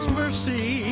mercy